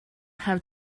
have